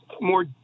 more